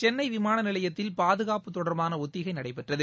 சென்னை விமான நிலையத்தில் பாதுகாப்பு தொடர்பான ஒத்திகை நடைபெற்றது